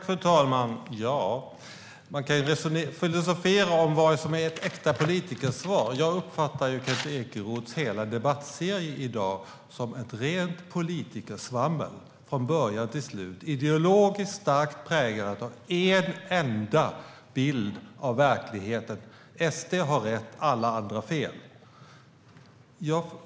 Fru talman! Man kan filosofera om vad som är ett äkta politikersvar. Jag uppfattar Kent Ekeroths hela debattserie i dag som rent politikersvammel från början till slut, ideologiskt starkt präglat av en enda bild av verkligheten: SD har rätt, alla andra fel.